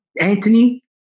Anthony